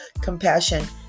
compassion